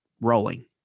rolling